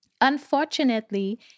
Unfortunately